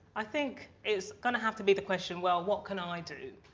i think it's gonna have to be the question. well, what can i do?